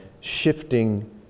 shifting